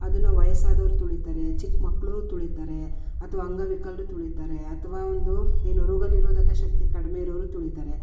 ಅದನ್ನ ವಯಸ್ಸಾದವ್ರು ತುಳೀತಾರೆ ಚಿಕ್ಕ ಮಕ್ಕಳೂ ತುಳೀತಾರೆ ಅಥ್ವಾ ಅಂಗವಿಕಲರು ತುಳೀತಾರೆ ಅಥ್ವಾ ಒಂದು ಏನು ರೋಗ ನಿರೋಧಕ ಶಕ್ತಿ ಕಡಿಮೆ ಇರೋರೂ ತುಳೀತಾರೆ